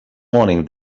morning